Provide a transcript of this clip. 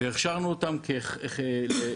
והכשרנו אותם כחונכים,